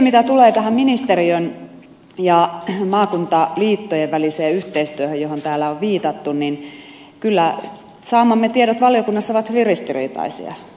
mitä tulee tähän ministeriön ja maakuntaliittojen väliseen yhteistyöhön johon täällä on viitattu niin kyllä saamamme tiedot valiokunnassa ovat hyvin ristiriitaisia